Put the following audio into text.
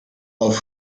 auf